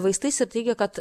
vaistais ir teigia kad